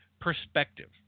perspective